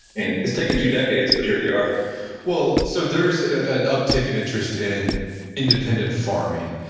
and it's taken two decades, but here they are well, so there's an uptake in interest in independent farming.